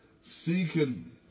seeking